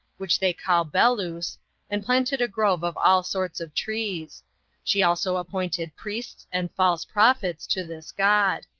which they call belus, and planted a grove of all sorts of trees she also appointed priests and false prophets to this god.